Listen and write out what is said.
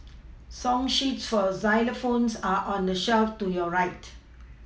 song sheets for xylophones are on the shelf to your right